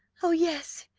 o yes,